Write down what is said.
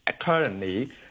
currently